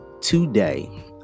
today